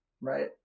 right